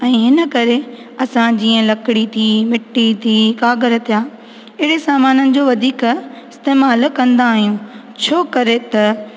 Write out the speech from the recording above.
ऐं इन करे असां जीअं लकिड़ी थी मिट्टी थी काग़र थिया अहिड़े सामान जो वधीक इस्तेमालु कंदा आहियूं छो करे त